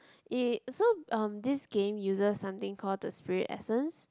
it so um this game uses something call the spirit essence